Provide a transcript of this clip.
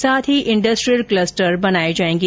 साथ ही industrial cluster बनाए जाएंगे